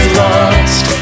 lost